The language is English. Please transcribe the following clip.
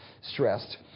stressed